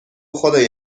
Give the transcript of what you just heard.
خدای